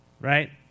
Right